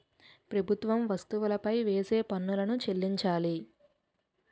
ప్రభుత్వం వస్తువులపై వేసే పన్నులను చెల్లించాలి